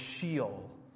shield